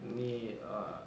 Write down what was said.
நீ:nee uh